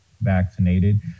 vaccinated